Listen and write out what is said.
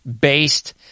based